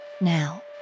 Now